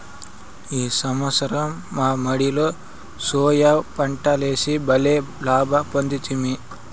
ఈ సంవత్సరం మా మడిలో సోయా పంటలేసి బల్లే లాభ పొందితిమి